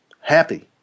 happy